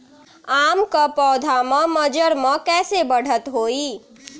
आम क पौधा म मजर म कैसे बढ़त होई?